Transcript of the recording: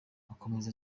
akomeza